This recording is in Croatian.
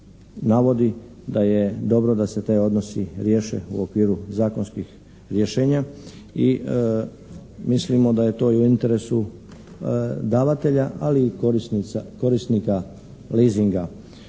navodi da je dobro da se ti odnosi riješe u okviru zakonskih rješenja i mislimo daje to i u interesu davatelja, ali i korisnika leasinga.